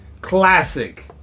classic